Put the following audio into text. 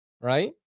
right